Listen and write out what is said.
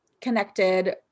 connected